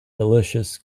delicious